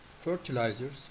fertilizers